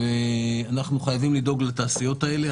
ואנחנו חייבים לדאוג לתעשיות האלה,